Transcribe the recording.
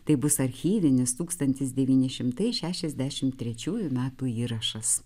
tai bus archyvinis tūkstantis devyni šimtai šešiasdešimt trečiųjų metų įrašas